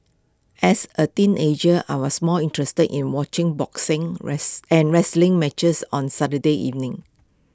as A teenager I was more interested in watching boxing rice and wrestling matches on Saturday evenings